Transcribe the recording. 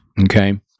okay